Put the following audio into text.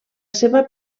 seva